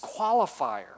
qualifier